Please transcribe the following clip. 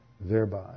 thereby